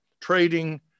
trading